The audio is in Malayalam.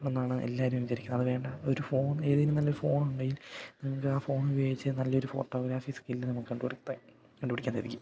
എന്നാണ് എല്ലാവരും വിചാരിക്കുന്നത് അത് വേണ്ട ഒരു ഫോണ് ഏതേലും നല്ല ഫോണുണ്ടെങ്കിൽ നമുക്ക് ആ ഫോണുപയോഗിച്ച് നല്ലൊരു ഫോഗ്രാഫി സ്കില്ല് നമുക്ക് കണ്ട് പിടിത്തം കണ്ട് പഠിക്കാൻ സാധിക്കും